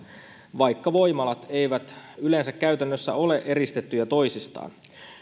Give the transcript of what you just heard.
vaikka voimalat eivät yleensä käytännössä ole eristettyjä toisistaan